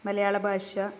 മലയാളഭാഷ